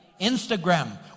Instagram